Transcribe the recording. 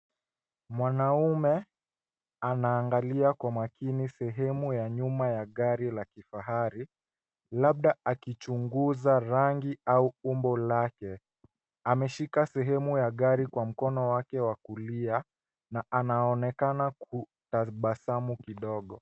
Mwanaume anaangalia kwa makini sehemu ya nyuma ya gari la kifahari labda akichunguza rangi au umbo lake. Ameshika sehemu ya gari kwa mkono wake wa kulia na anaonekana kutabasamu kidogo.